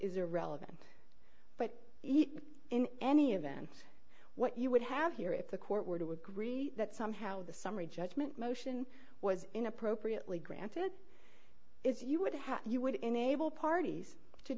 is irrelevant but in any event what you would have here if the court were to agree that somehow the summary judgment motion was in appropriately granted if you would have you would enable parties to